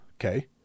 Okay